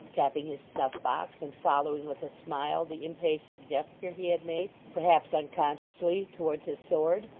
tapping his snuff-box, and following with a smile the impatient gesture he had made perhaps unconsciously towards his sword,